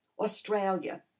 Australia